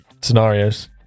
scenarios